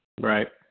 Right